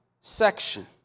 section